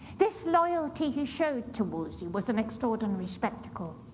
this loyalty he showed to wolsey was an extraordinary spectacle.